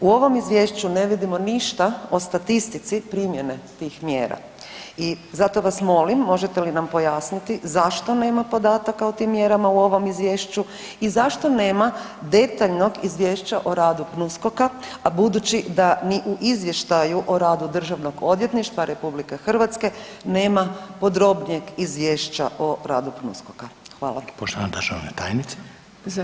U ovom izvješću ne vidimo ništa o statistici primjene tih mjera i zato vas molim, možete li nam pojasniti zašto nema podataka u tim mjerama u ovom izvješću i zašto nema detaljnog izvješća o radu o radu PNUSKOK-a a budući da ni o izvještaju o radu Državnog odvjetništva RH nema podrobnijeg izvješća o radu PNUSKOK-a.